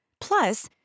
Plus